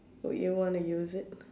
would you want to use it